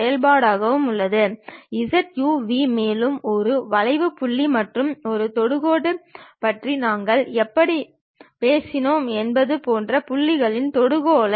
பக்கவாட்டு தளங்கள் எப்பொழுதுமே ப்ரோபைல் தளங்கள் ஆகும் மற்ற தளங்கள் துணை தளங்கள் என்று அழைக்கப்படுகின்றன